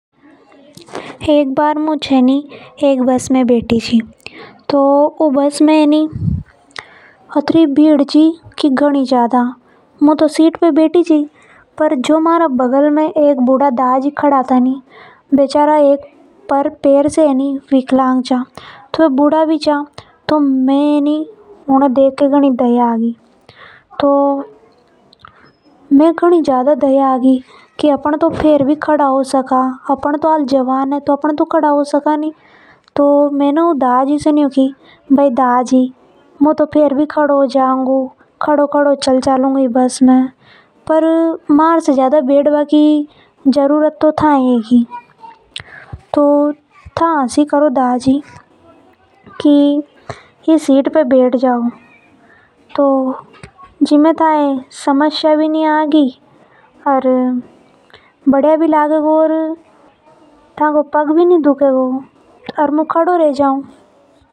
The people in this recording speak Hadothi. एक बार मु एक बस में बैठी थी ऊ बस में घनी ज्यादा भीड़ थी। मु तो सीट पर बैठी थी पर मारे बगल में एक दा जी खड़ा था वो एक पैर से विकलांग था। वे बहुत बूढ़ा था तो मैं उन्हें देखकर उन पे दया आ गई। ओर मैने उनसे बोली कि था मारी सीट में बैठ जावे मैने की की मु तो कड़ी हो जाऊंगी‌। मु तो कड़ी भी हो स कु पर अभी मार से ज्यादा था ये जरूरत है सीट की इसलिए था बैठ जावा। मु तो फेर भी जवान है कई फर्क नि पड़ेगा मै तो।